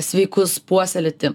sveikus puoselėti